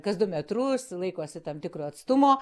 kas du metrus laikosi tam tikro atstumo